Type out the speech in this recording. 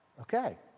Okay